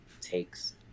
takes